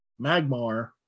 Magmar